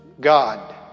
God